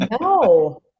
No